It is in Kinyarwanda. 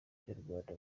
ikinyarwanda